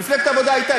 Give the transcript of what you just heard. מפלגת העבודה הייתה,